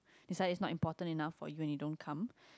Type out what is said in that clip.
that's why is not important enough for you and you don't come